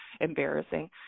embarrassing